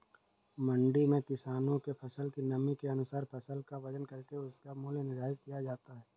मंडी में किसानों के फसल की नमी के अनुसार फसल का वजन करके उसका मूल्य निर्धारित किया जाता है